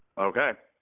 okay.